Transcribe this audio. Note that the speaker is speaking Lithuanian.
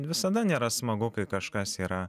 visada nėra smagu kai kažkas yra